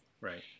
Right